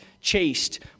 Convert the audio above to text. chaste